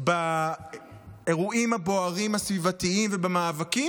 באירועים הסביבתיים הבוערים ובמאבקים